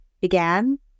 began